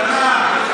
קטנה.